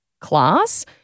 class